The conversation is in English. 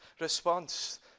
response